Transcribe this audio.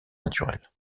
naturelle